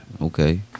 okay